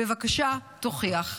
בבקשה, תוכיח.